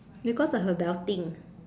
because of her belting